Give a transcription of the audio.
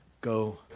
go